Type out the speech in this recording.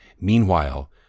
Meanwhile